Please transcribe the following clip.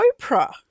Oprah